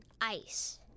ice